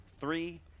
three